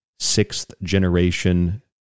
sixth-generation